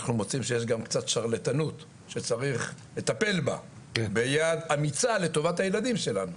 מוצאים שיש גם קצת שרלטנות שצריך לטפל בה ביד אמיצה לטובת הילדים שלנו,